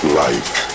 life